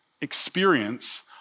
experience